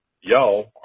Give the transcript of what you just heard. y'all